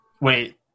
Wait